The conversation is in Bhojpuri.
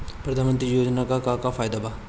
प्रधानमंत्री योजना मे का का फायदा बा?